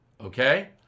okay